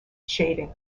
shading